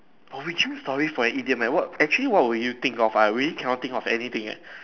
original story for an idiom what eh actually what will you think of ah I really cannot think of anything eh